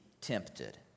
tempted